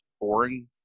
boring